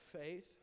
faith